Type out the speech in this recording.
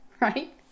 right